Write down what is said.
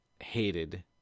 hated